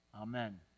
Amen